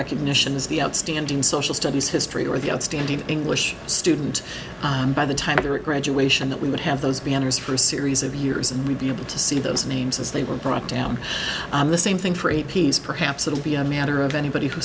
recognition is the outstanding social studies history or the outstanding english student and by the time of your graduation that we would have those banners for a series of years and we'd be able to see those names as they were brought down the same thing for a piece perhaps it'll be a matter of anybody